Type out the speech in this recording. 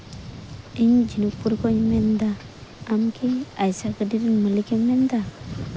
ᱤᱧ ᱡᱷᱤᱱᱩᱠᱯᱩᱨ ᱠᱷᱚᱱᱤᱧ ᱢᱮᱱᱫᱟ ᱟᱢᱠᱤ ᱟᱭᱥᱟ ᱜᱟᱹᱰᱤ ᱨᱮᱱ ᱢᱟᱹᱞᱤᱠᱮᱢ ᱢᱮᱱᱫᱟ